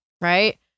right